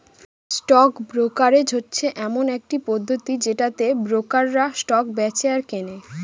stock brokerage হচ্ছে এমন একটি পদ্ধতি যেটাতে ব্রোকাররা স্টক বেঁচে আর কেনে